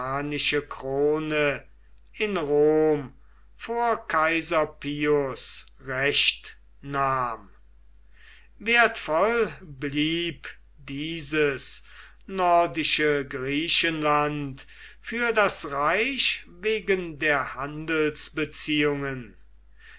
krone in rom vor kaiser pius recht nahm wertvoll blieb dieses nordische griechenland für das reich wegen der